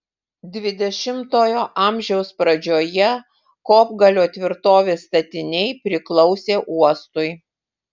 dvidešimtojo amžiaus pradžioje kopgalio tvirtovės statiniai priklausė uostui